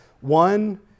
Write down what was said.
One